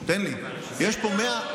תן לי, יש פה 120,